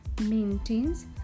maintains